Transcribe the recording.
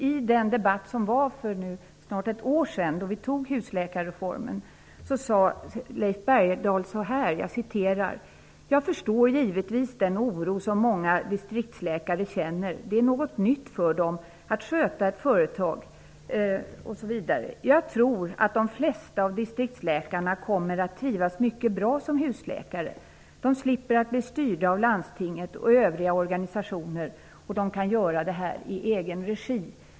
I den debatt som fördes för snart ett år sedan, när beslutet om husläkarreformen fattades, sade Leif Bergdahl så här: ''Jag förstår givetvis den oro som många distriktsläkare känner. Det är något nytt för dem att sköta ett företag osv. Men jag tror att de flesta av distriktsläkarna kommer att trivas mycket bra som husläkare. De slipper att bli styrda av landstinget och övriga organisationer. De kan göra detta i egen regi.''